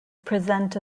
present